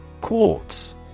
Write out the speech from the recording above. Quartz